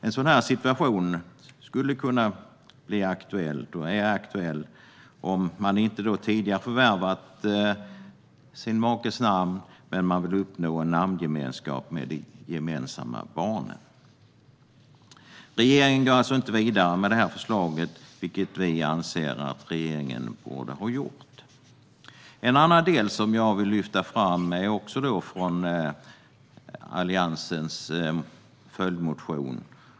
En sådan situation skulle kunna bli och är aktuell om man inte tidigare har förvärvat sin makes namn men vill uppnå namngemenskap med de gemensamma barnen. Regeringen går alltså inte vidare med detta förslag, vilket vi anser att den borde ha gjort. En annan del jag vill lyfta fram är från Alliansens följdmotion.